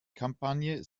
kampagne